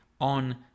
on